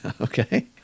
Okay